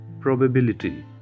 probability